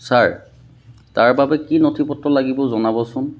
sir তাৰ বাবে কি নথি পত্ৰ লাগিব জনাবচোন